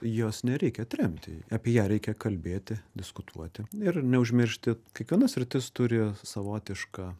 jos nereikia atremti apie ją reikia kalbėti diskutuoti ir neužmiršti kiekviena sritis turi savotišką